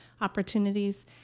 opportunities